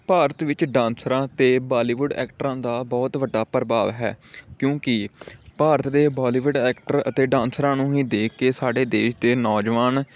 ਭਾਰਤ ਵਿੱਚ ਡਾਂਸਰਾਂ ਅਤੇ ਬਾਲੀਵੁੱਡ ਐਕਟਰਾਂ ਦਾ ਬਹੁਤ ਵੱਡਾ ਪ੍ਰਭਾਵ ਹੈ ਕਿਉਂਕਿ ਭਾਰਤ ਦੇ ਬੋਲੀਵੁੱਡ ਐਕਟਰ ਅਤੇ ਡਾਂਸਰਾਂ ਨੂੰ ਹੀ ਦੇਖ ਕੇ ਸਾਡੇ ਦੇਸ਼ ਦੇ ਨੌਜਵਾਨ